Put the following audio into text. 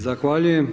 Zahvaljujem.